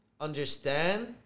understand